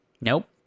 Nope